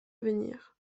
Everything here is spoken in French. venir